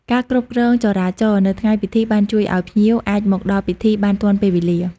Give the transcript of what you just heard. ការគ្រប់គ្រងចរាចរណ៍នៅថ្ងៃពិធីបានជួយឱ្យភ្ញៀវអាចមកដល់ពិធីបានទាន់ពេលវេលា។